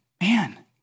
man